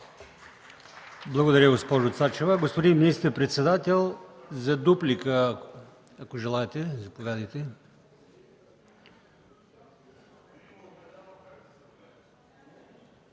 Благодаря, госпожо Цачева. Господин министър-председател, за дуплика, ако желаете. Заповядайте.